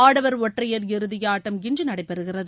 ஆடவர் ஒற்றையர் இறுதி ஆட்டம் இன்று நடைபெறுகிறது